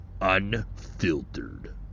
Unfiltered